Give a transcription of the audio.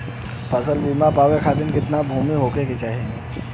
फ़सल बीमा पावे खाती कितना भूमि होवे के चाही?